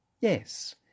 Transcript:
Yes